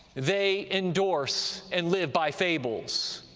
they endorse and live by fables.